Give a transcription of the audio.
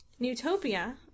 Newtopia